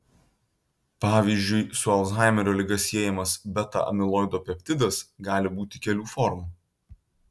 pavyzdžiui su alzhaimerio liga siejamas beta amiloido peptidas gali būti kelių formų